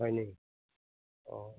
হয়নি অঁ